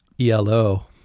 elo